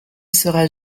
sera